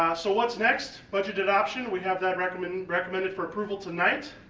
um so what's next? budget adoption, we have that recommended recommended for approval tonight,